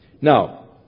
Now